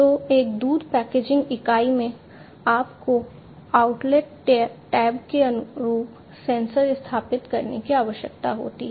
तो एक दूध पैकेजिंग इकाई में आपको आउटलेट टैब के अनुरूप सेंसर स्थापित करने की आवश्यकता होती है